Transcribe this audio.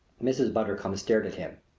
mrs. bundercombe stared at him.